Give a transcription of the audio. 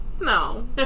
No